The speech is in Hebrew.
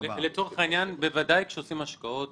בוודאי שכשעושים השקעות